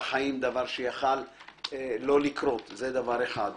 בחיים דבר שיכול היה לקרות זה דבר אחד.